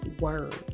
word